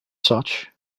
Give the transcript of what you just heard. such